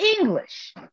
english